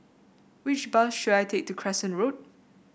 which bus should I take to Crescent Road